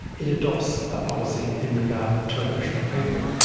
it adopts a policy in regard to aboriginal people.